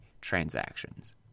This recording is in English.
transactions